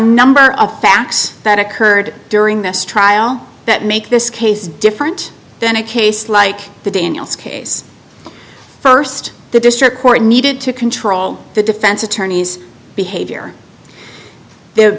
number of facts that occurred during this trial that make this case different than a case like the daniel's case first the district court needed to control the defense attorney's behavior the